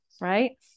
Right